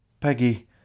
Peggy